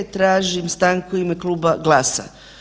Tražim stanku u ime kluba GLAS-a.